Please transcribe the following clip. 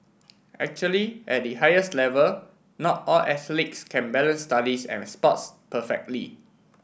actually at the highest level not all athletes can balance studies and sports perfectly